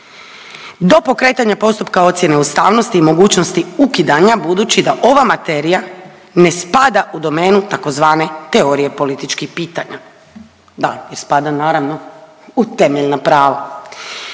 do pokretanja postupka ocjene ustavnosti i mogućnosti ukidanja budući da ova materija ne spada u domenu tzv. teorije političkih pitanja. Da, jer spada naravno u temeljna prava.